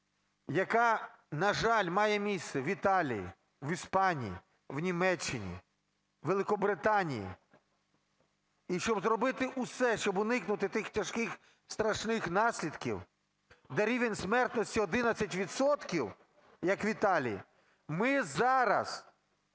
яка, на жаль, має місце в Італії, в Іспанії, в Німеччині, у Великобританії? І щоб зробити все, щоб уникнути тих тяжких, страшних наслідків, де рівень смертності – 11 відсотків, як в Італії, ми зараз